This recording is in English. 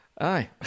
Aye